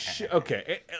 okay